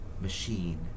machine